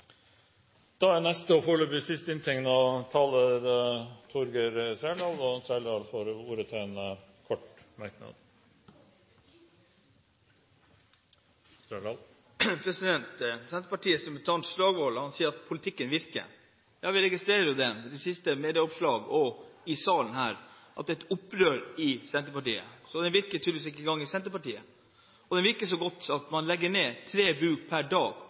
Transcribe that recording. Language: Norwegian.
og får ordet til en kort merknad, begrenset til 1 minutt. Senterpartiets representant Slagsvold Vedum sier at politikken virker. Ja, vi registrerer jo det med de siste medieoppslagene og i salen her at det er et opprør i Senterpartiet. Så den virker tydeligvis ikke engang i Senterpartiet. Den virker så godt at man legger ned tre bruk per dag